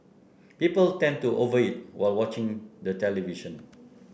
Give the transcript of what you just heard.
people tend to over eat while watching the television